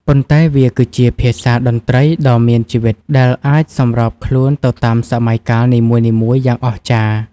ប៉ុន្តែវាគឺជាភាសាតន្ត្រីដ៏មានជីវិតដែលអាចសម្របខ្លួនទៅតាមសម័យកាលនីមួយៗយ៉ាងអស្ចារ្យ។